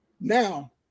Now